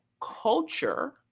culture